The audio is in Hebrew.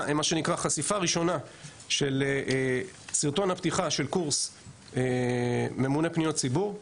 מה שנקרא חשיפה ראשונה של סרטון הפתיחה של קורס ממונה פניות ציבור.